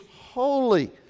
holy